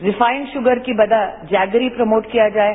refined sugar की बजाय jaggery promote किया जाये